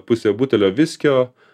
pusė butelio viskio